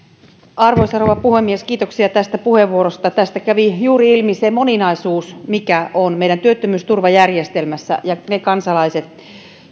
arvoisa rouva puhemies kiitoksia tästä puheenvuorosta tästä kävi juuri ilmi se moninaisuus mikä on meidän työttömyysturvajärjestelmässä ja niissä kansalaisissa